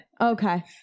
Okay